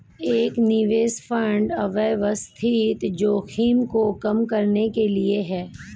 एक निवेश फंड अव्यवस्थित जोखिम को कम करने के लिए है